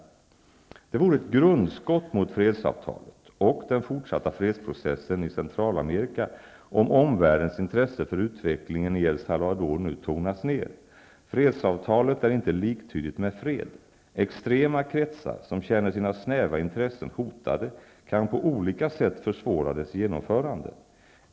Det vore ett grundskott mot fredsavtalet och den fortsatta fredsprocessen i Centralamerika om omvärldens intresse för utvecklingen i El Salvador nu skulle tonas ner. Fredsavtalet är inte liktydigt med fred. Extrema kretsar, som känner sina snäva intressen hotade, kan på olika sätt försvåra dess genomförande.